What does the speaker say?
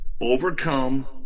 overcome